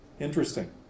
Interesting